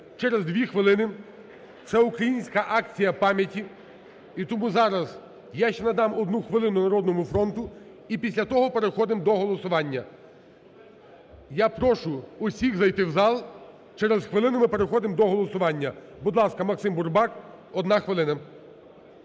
через дві хвилини всеукраїнська акція пам'яті. І тому зараз я ще надам одну хвилину "Народному фронту", і після того переходимо до голосування. Я прошу усіх зайти в зал, через хвилину ми переходимо до голосування. Будь ласка, Максим Бурбак, одна хвилина.